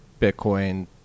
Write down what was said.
Bitcoin